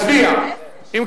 ובכן,